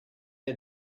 had